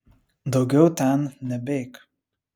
daugiau ten nebeik